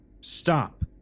Stop